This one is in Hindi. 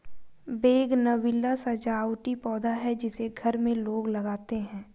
बोगनविला सजावटी पौधा है जिसे घर में लोग लगाते हैं